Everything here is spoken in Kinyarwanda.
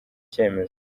cyemezo